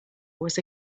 was